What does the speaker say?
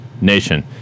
nation